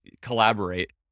collaborate